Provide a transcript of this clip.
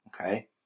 Okay